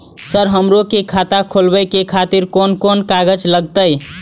Sir हमरो के खाता खोलावे के खातिर कोन कोन कागज लागते?